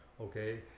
Okay